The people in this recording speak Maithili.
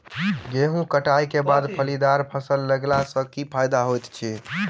गेंहूँ कटाई केँ बाद फलीदार फसल लगेला सँ की फायदा हएत अछि?